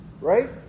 right